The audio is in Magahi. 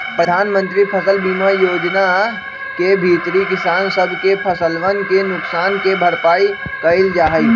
प्रधानमंत्री फसल बीमा योजना के भीतरी किसान सब के फसलवन के नुकसान के भरपाई कइल जाहई